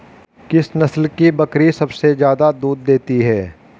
किस नस्ल की बकरी सबसे ज्यादा दूध देती है?